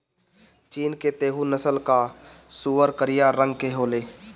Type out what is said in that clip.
चीन के तैहु नस्ल कअ सूअर करिया रंग के होले